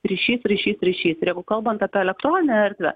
ryšys ryšys ryšys ir jeigu kalbant apie elektroninę erdvę